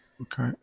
Okay